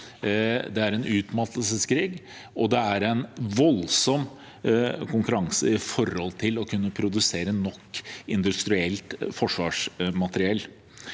Det er en utmattelseskrig, og det er en voldsom konkurranse med tanke på å kunne produsere nok industrielt forsvarsmateriell.